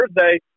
Thursday